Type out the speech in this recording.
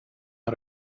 how